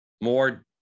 more